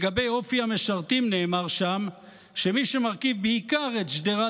לגבי אופי המשרתים נאמר שם שמי שמרכיב בעיקר את שדרת